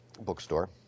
bookstore